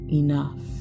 enough